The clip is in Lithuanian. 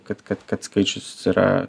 kad kad kad skaičius yra